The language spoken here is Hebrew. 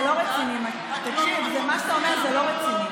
מה שאתה אומר זה לא רציני.